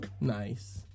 nice